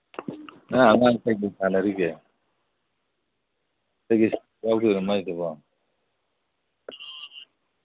ꯅꯪ ꯑꯉꯥꯡ ꯀꯩꯀꯩ ꯁꯥꯟꯅꯔꯤꯒꯦ ꯀꯩꯀꯩ ꯌꯥꯎꯗꯣꯏꯅꯣ ꯃꯥꯏꯗꯨꯕꯣ